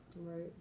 Right